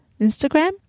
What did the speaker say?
Instagram